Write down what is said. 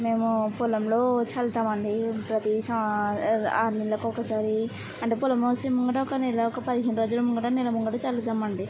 మేమూ పొలంలో చల్లుతామండీ ప్రతీ సం ఆరు నెలలకొకసారీ అంటే పొలమోసే ముంగట ఒక నెలాకొ పదిహేను రోజులు ముంగట నెల ముంగట చల్లుతామండి